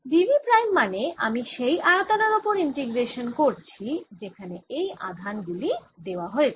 d v prime মানে আমি সেই আয়তনের এর ওপর ইন্টিগ্রেশান করছি যেখানে এই আধান গুলি দেওয়া হয়েছে